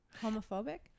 homophobic